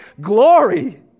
glory